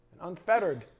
unfettered